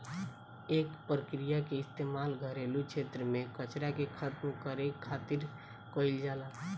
एह प्रक्रिया के इस्तेमाल घरेलू क्षेत्र में कचरा के खतम करे खातिर खातिर कईल जाला